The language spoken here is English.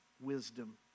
wisdom